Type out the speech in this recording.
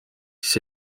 siis